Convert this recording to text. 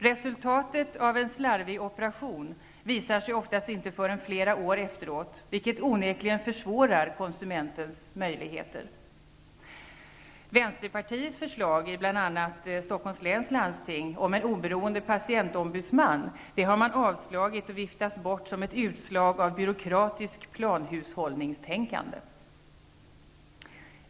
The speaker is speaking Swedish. Resultatet av en slarvig operation visar sig oftast inte förrän flera år efteråt, vilket onekligen försvårar konsumentens möjligheter. Vänsterpartiets förslag i bl.a. Stockholms läns landsting om en oberoende patientombudsman har viftats bort som ett utslag av byråkratiskt planhushållningstänkande.